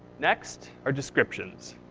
next are descriptions.